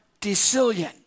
decillion